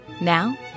now